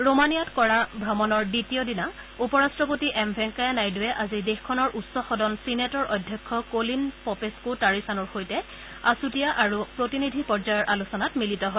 ৰোমানিয়াত কৰা ভ্ৰমণৰ দ্বিতীয় দিনা উপ ৰাট্টপতি এম ভেংকায়া নাইডুৰে আজি দেশখনৰ উচ্চ সদন চিনেটৰ অধ্যক্ষ কলিন পপেস্থু তাৰিচানুৰ সৈতে আচুতীয়া আৰু প্ৰতিনিধি পৰ্যায়ৰ আলোচনাত মিলিত হয়